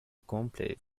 cumple